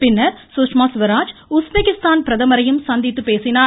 பின்னர் சுஷ்மா ஸ்வராஜ் உஸ்பெகிஸ்தான் பிரதமரையும் சந்தித்து பேசினார்